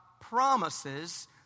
promises